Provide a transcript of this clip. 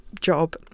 job